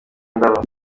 ndaba